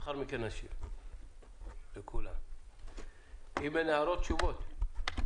אם אין הערות, תשובות.